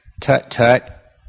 tut-tut